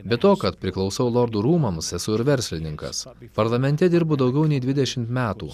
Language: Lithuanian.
be to kad priklausau lordų rūmams esu ir verslininkas parlamente dirbu daugiau nei dvidešimt metų